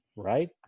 Right